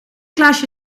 glaasje